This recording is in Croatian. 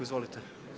Izvolite!